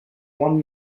one